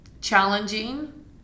challenging